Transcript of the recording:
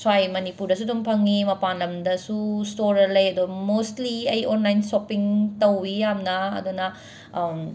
ꯁ꯭ꯋꯥꯏ ꯃꯅꯤꯄꯨꯔꯗꯁꯨ ꯑꯗꯨꯝ ꯐꯪꯉꯤ ꯃꯄꯥꯟ ꯂꯝꯗꯁꯨ ꯁ꯭ꯇꯣꯔ ꯂꯩ ꯑꯗꯣ ꯃꯣꯁꯂꯤ ꯑꯩ ꯑꯣꯟꯂꯥꯏ꯭ꯟ ꯁꯣꯄꯤꯡ ꯇꯧꯋꯤ ꯌꯥꯝꯅ ꯑꯗꯨꯅ